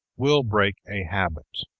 will break a habit.